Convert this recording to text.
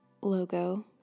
logo